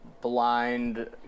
blind